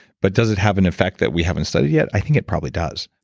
but does it have an effect that we haven't studied yet? i think it probably does.